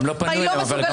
מה היא לא מסוגלת.